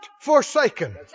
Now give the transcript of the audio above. forsaken